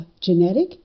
genetic